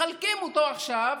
מחלקים אותו עכשיו